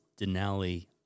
Denali—